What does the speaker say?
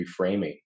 reframing